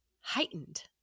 heightened